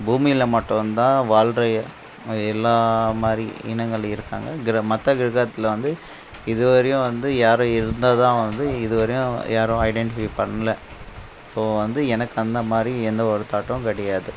பூமியில் மட்டும்தான் வாழ்கிற எல்லா மாதிரி இனங்கள் இருக்காங்க கிர மற்ற கிரகத்தில் வந்து இது வரையும் வந்து யாரும் இருந்ததாக வந்து இது வரையும் யாரும் ஐடென்டிஃபை பண்ணல ஸோ வந்து எனக்கு அந்த மாதிரி எந்த ஒரு தாட்டும் கிடையாது